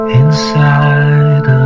inside